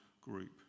group